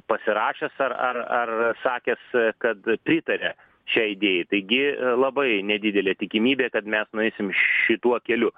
pasirašęs ar ar ar sakęs kad pritaria šiai idėjai taigi labai nedidelė tikimybė kad mes nueisim šituo keliu